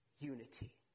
unity